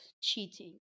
cheating